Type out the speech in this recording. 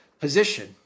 position